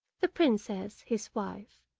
the princess, his wife,